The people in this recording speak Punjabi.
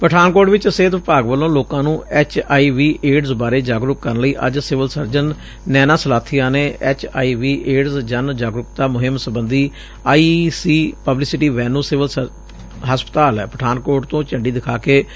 ਪਠਾਨਕੋਟ ਚ ਸਿਹਤ ਵਿਭਾਗ ਵੱਲੋ ਲੋਕਾਂ ਨੂੰ ਐਚਆਈਵੀਏਡਜ਼ ਬਾਰੇ ਜਾਗਰਕ ਕਰਨ ਲਈ ਅੱਜ ਸਿਵਲ ਸਰਜਨ ਨੈਨਾ ਸਲਾਥੀਆ ਨੇ ਐਚਆਈ ਵੀਏਡਜ਼ ਜਨ ਜਾਗਰੁਕਤਾ ਮੁੰਹਿਮ ਸੰਬਧੀ ਆਈਈਸੀ ਪਬਲੀਸਿੱਟੀ ਵੈਨ ਨੂੰ ਸਿਵਲ ਹਸਪਤਾਲ ਪਠਾਨਕੋਟ ਤੋਂ ਝੰਡੀ ਦਿਖਾ ਕੇ ਰਵਾਨਾ ਕੀਤਾ